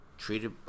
treated